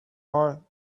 heart